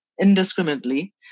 indiscriminately